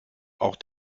auch